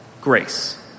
Grace